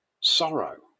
sorrow